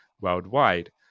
worldwide